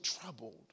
troubled